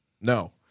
No